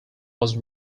was